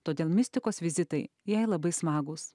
todėl mistikos vizitai jai labai smagūs